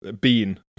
Bean